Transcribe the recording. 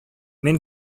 мин